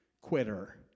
quitter